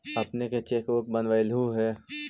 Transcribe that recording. अपने के cheque book बनवइला हे